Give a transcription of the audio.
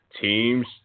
teams